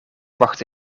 wacht